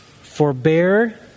Forbear